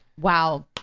Wow